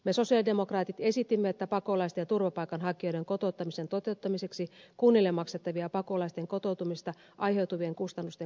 me sosialidemokraatit esitimme että pakolaisten ja turvapaikanhakijoiden kotouttamisen toteuttamiseksi kunnille maksettavia pakolaisten kotoutumisesta aiheutuvien kustannusten korvauksia nostettaisiin